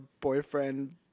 boyfriend